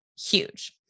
huge